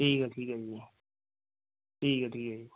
ਠੀਕ ਹੈ ਠੀਕ ਹੈ ਜੀ ਠੀਕ ਹੈ ਠੀਕ ਹੈ ਜੀ